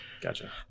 Gotcha